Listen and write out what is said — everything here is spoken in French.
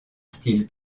style